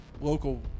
local